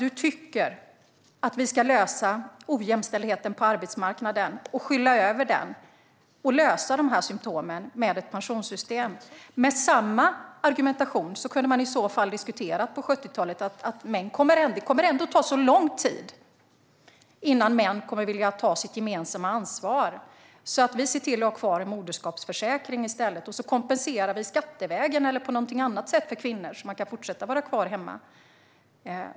Du tycker att vi ska rätta till ojämställdheten på arbetsmarknaden, skyla över den och åtgärda symtomen med ett pensionssystem. Med samma argumentation kunde man i så fall ha diskuterat på 70-talet och menat att det ändå kommer att ta så lång tid innan män kommer att vilja ta sitt gemensamma ansvar att vi i stället ser till att ha kvar moderskapsförsäkringen och kompenserar skattevägen eller på något annat sätt för kvinnor så att de kan fortsätta att vara kvar hemma.